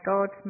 God